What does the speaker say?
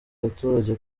abaturage